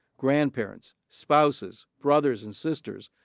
grandparents, spouses brothers and sisters,